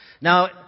Now